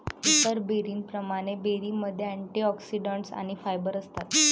इतर बेरींप्रमाणे, बेरीमध्ये अँटिऑक्सिडंट्स आणि फायबर असतात